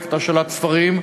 לפרויקט השאלת ספרים,